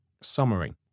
Summary